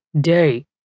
day